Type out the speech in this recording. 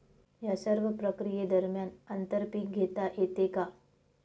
या सर्व प्रक्रिये दरम्यान आंतर पीक घेता येते का?